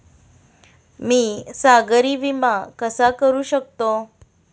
मी सागरी विमा कसा करू शकतो?